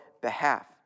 behalf